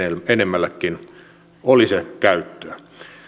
enemmällekin olisi käyttöä